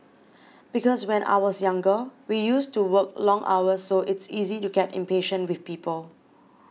because when I was younger we used to work long hours so it's easy to get impatient with people